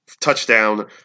touchdown